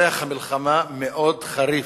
ריח המלחמה מאוד חריף.